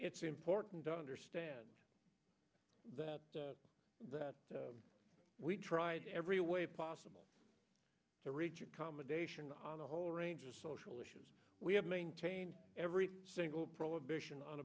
it's important to understand that we tried every way possible to reach accommodation on a whole range of social issues we have maintained every single prohibition on